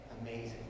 amazing